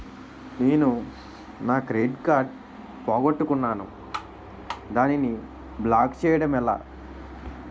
నేను నా credit card పోగొట్టుకున్నాను దానిని బ్లాక్ చేయడం ఎలా?